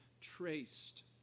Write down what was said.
traced